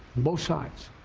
both sides,